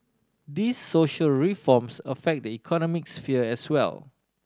these social reforms affect the economic sphere as well